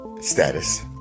status